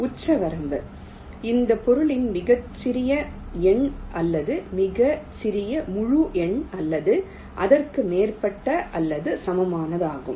உச்சவரம்பு மிகச்சிறிய எண் அல்லது சிறிய முழு எண் அல்லது அதற்கு மேற்பட்ட அல்லது சமமானதாகும்